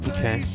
Okay